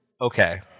okay